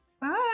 bye